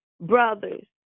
brothers